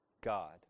God